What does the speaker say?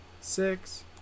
six